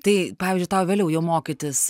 tai pavyzdžiui tau vėliau jau mokytis